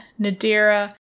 Nadira